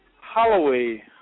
Holloway